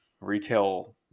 retail